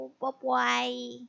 Bye-bye